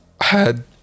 had-